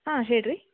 ಹಾಂ ಹೇಳಿರಿ